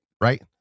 Right